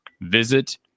visit